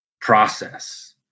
process